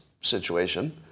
situation